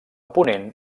ponent